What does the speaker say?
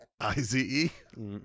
I-Z-E